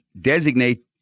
designate